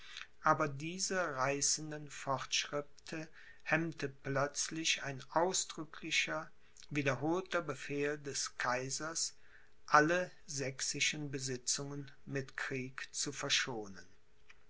aber diese reißenden fortschritte hemmte plötzlich ein ausdrücklicher wiederholter befehl des kaisers alle sächsischen besitzungen mit krieg zu verschonen